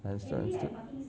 understood understood